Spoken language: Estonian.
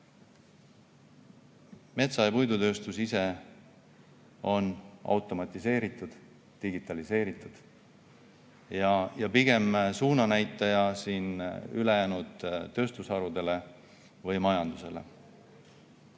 Metsa‑ ja puidutööstus on automatiseeritud ja digitaliseeritud ning pigem suunanäitaja ülejäänud tööstusharudele või majandusele.